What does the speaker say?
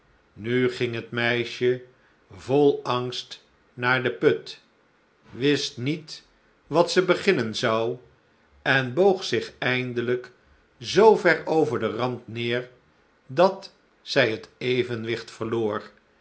nu ging het meisje vol angst naar den put wist niet wat ze beginnen zou en boog zich eindelijk zoo ver over den rand neêr dat zij het evenwigt verloor